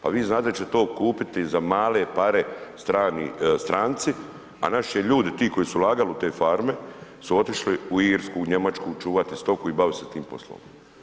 Pa vi znate da će to kupiti za male pare stranci, a naši će ljudi, ti koji su ulagali u te farme su otišli u Irsku, u Njemačku, čuvati stoku i bavit se tim poslom.